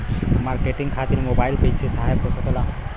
Marketing खातिर mobile कइसे सहायक हो सकेला?